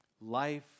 Life